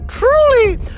Truly